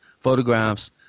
photographs